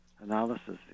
analysis